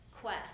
quest